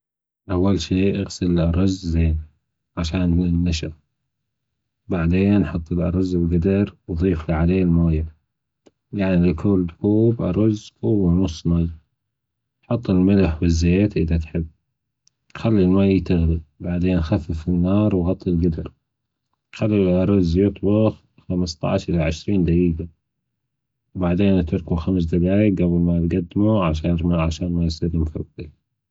او شي أغسل الأرز عشان النشا بعدين أحط الأرز في الجدر وبعدين أضيف عليه المايا العيار يكن كوب أرز كوب ونصف مايا حط الملح والزيت خلى الميا تغلى وبعدين خفف النار وغطي الجدر خلي الأرز يطهى خمستاشر لعشرين دجيجة بعدين أتركة خمس دجايج جبل ما نجدمه عشان يصير مفلفل.